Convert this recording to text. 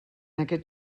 aquest